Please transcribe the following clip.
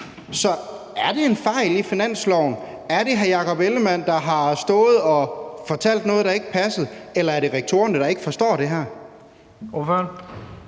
Så er det en fejl i finansloven? Er det hr. Jakob Ellemann-Jensen, der har stået og fortalt noget, der ikke passede? Eller er det rektorerne, der ikke forstår det her? Kl.